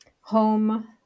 home